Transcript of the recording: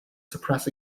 suppress